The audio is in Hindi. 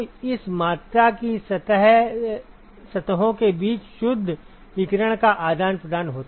तो इस मात्रा की सतहों के बीच शुद्ध विकिरण का आदान प्रदान होता है